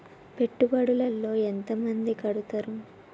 పెట్టుబడుల లో ఎంత మంది కడుతరు?